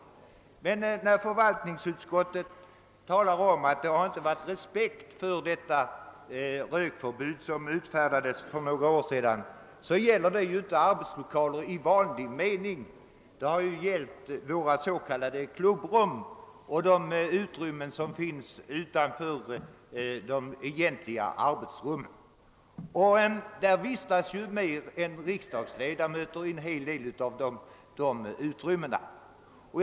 Men när styrelsen för riksdagens förvaltningskontor uttalar att det rökförbud som utfärdades för några år sedan inte respekterats, så gäller det ju inte arbetslokaler i vanlig mening utan våra s.k. klubbrum och de utrymmen som finns utanför de egentliga arbetsrummen. Och i en hel del av dessa utrymmen vistas ju även andra än riksdagsledamöter.